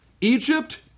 Egypt